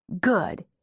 Good